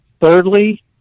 thirdly